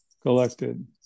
collected